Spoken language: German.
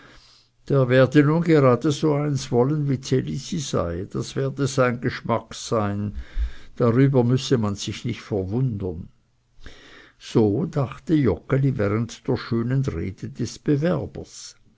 der werde nun gerade so eins wollen wie ds elisi sei das werde sein gaue sein darüber müsse man sich nicht verwundern so dachte joggeli während der schönen rede des bewerbers